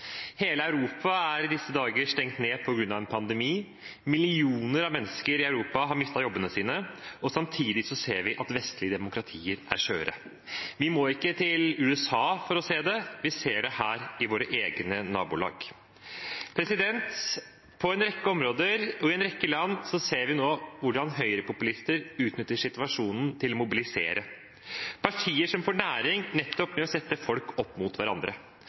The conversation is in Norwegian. Hele Europa er i disse dager stengt ned på grunn av en pandemi, millioner av mennesker i Europa har mistet jobbene sine, og samtidig ser vi at vestlige demokratier er skjøre. Vi må ikke til USA for å se det. Vi ser det her, i vårt eget nabolag. På en rekke områder og i en rekke land ser vi nå hvordan høyrepopulister utnytter situasjonen til å mobilisere – partier som får næring nettopp ved å sette folk opp mot hverandre.